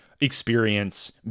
experience